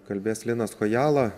kalbės linas kojala